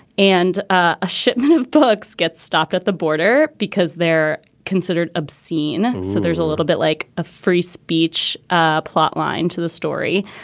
and a shipment of books gets stopped at the border because they're considered obscene. so there's a little bit like a free speech ah plotline to the story.